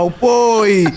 boy